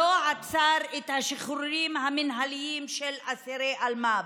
לא עצר את השחרורים המינהליים של אסירי אלמ"ב.